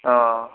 ꯑꯥ